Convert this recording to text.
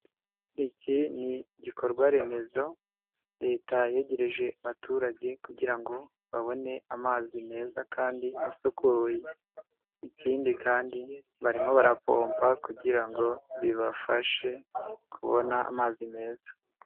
Iki ni igikorwaremezo Leta yegereje abaturage kugira ngo babone amazi meza kandi asukuye, ikindi kandi barimo barapompa kugira ngo bibafashe kubona amazi meza.